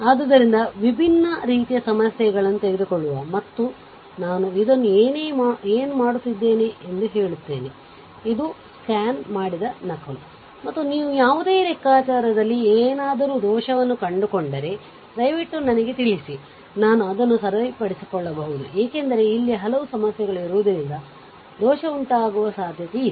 ಆದ್ದರಿಂದ ಬೇರೆ ಬೇರೆ ರೀತಿಯ ಸಮಸ್ಯೆಗಳನ್ನು ತೆಗೆದುಕೊಳ್ಳುವ ಮತ್ತು ನೀವು ಯಾವುದೇ ಲೆಕ್ಕಾಚಾರದಲ್ಲಿ ಏನಾದರೂ ದೋಷವನ್ನು ಕಂಡುಕೊಂಡರೆ ದಯವಿಟ್ಟು ನನಗೆ ತಿಳಿಸಿ ನಾನು ಅದನ್ನು ಸರಿಪಡಿಸಿಕೊಳ್ಳಬಹುದು ಏಕೆಂದರೆ ಇಲ್ಲಿ ಹಲವು ಸಮಸ್ಯೆಗಳು ಇರುವುದರಿಂದ ದೋಷ ಉಂಟಾಗುವ ಸಾಧ್ಯತೆಯಿದೆ